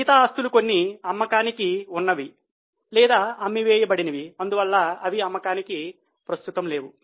మిగతా ఆస్తులు కొన్ని అమ్మకానికి ఉన్నవి లేదా అమ్మి వేయబడినవి అందువల్ల అవి అమ్మకానికి లేవు